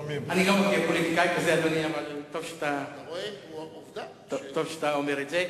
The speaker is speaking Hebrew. אני גם פוליטיקאי, אבל טוב שאתה אומר את זה.